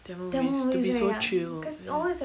tamil movies to be so chill ya